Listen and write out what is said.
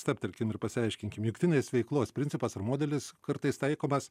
stabtelkim ir pasiaiškinkim jungtinės veiklos principas ar modelis kartais taikomas